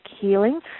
Healing